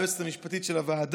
היועצת המשפטית של הוועדה,